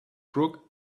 crook